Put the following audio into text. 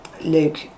Luke